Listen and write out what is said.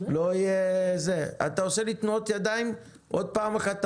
לא יהיה -- אתה עושה לי תנועות ידיים עוד פעם אחת,